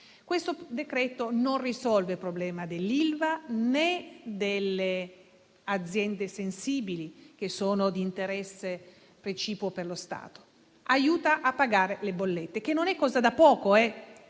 Questo provvedimento non risolve il problema dell'Ilva né delle aziende sensibili, che sono di interesse precipuo per lo Stato. Aiuta a pagare le bollette, che non è cosa da poco.